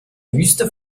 wüste